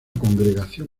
congregación